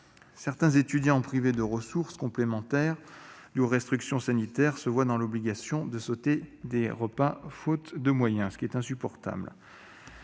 Certains étudiants, privés de ressources complémentaires dues aux restrictions sanitaires, se voient dans l'obligation de sauter des repas, faute de moyen. C'est insupportable